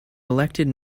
elected